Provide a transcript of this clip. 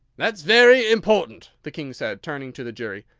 that's very important, the king said, turning to the jury.